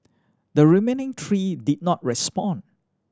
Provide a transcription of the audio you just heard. the remaining three did not respond